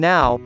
Now